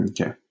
Okay